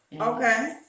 Okay